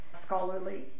scholarly